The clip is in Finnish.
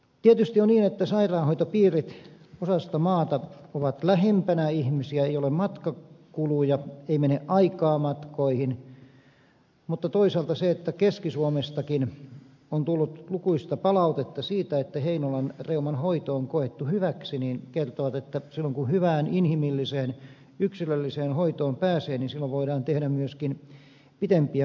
tietysti on niin että sairaanhoitopiirit osasta maata ovat lähempänä ihmisiä ei ole matkakuluja ei mene aikaa matkoihin mutta toisaalta se että keski suomestakin on tullut lukuisia palautteita siitä että heinolan reuman hoito on koettu hyväksi kertoo siitä että silloin kun hyvään inhimilliseen yksilölliseen hoitoon pääsee niin silloin voidaan tehdä myöskin pitempiä matkoja